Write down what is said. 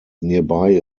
nearby